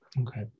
Okay